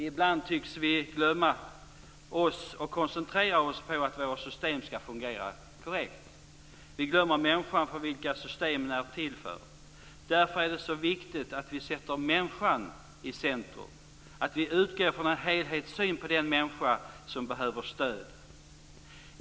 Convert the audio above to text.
Ibland tycks vi glömma oss och koncentrera oss på att våra system skall fungera korrekt. Vi glömmer de människor för vilka systemen är till. Därför är det så viktigt att vi sätter människan i centrum, att vi utgår från en helhetssyn på den människa som behöver stöd.